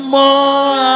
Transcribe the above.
more